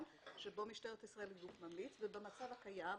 שבו משטרת ישראל היא גוף ממליץ ובמצב הקיים,